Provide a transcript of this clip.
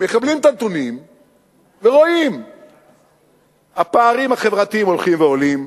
מקבלים את הנתונים ורואים שהפערים החברתיים הולכים ועולים,